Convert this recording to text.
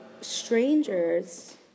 strangers